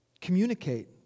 communicate